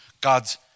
God's